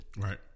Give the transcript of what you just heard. right